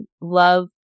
love